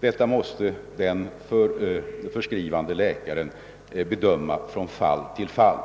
Detta måste den förskrivande läkaren bedöma från fall till fall.